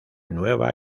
nueva